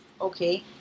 Okay